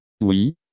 Oui